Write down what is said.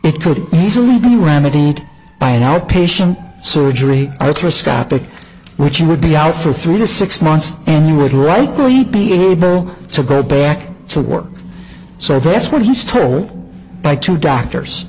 it could easily be remedied by an outpatient surgery arthroscopic which would be out for three to six months and you would rightly be able to go back to work so that's what he's told by two doctors